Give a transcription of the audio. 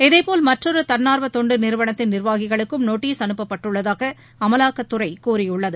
இதேபோல் மற்றொறு தன்னார்வ தொண்டு நிறுவனத்தின் நிர்வாகிகளுக்கும் நோட்டீஸ் அனுப்பப்பட்டுள்ளதாக அமலாக்கத்துறை கூறியுள்ளது